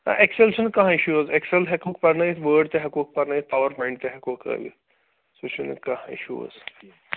Excel چھِنہٕ کانٛہہ issue حظ اٮ۪کسَل ہٮ۪کہٕ بہٕ پَرنٲیِتھ وٲڈ تہِ ہٮ۪کوکھ پَرنٲوِتھ پاوَر پاینٹ تہِ ہٮ۪کوکھ ہٲیِتھ سُہ چھُنہٕ کانٛہہ اِشوٗ حظ